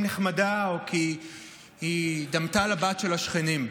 נחמדה או כי היא דמתה לבת של השכנים.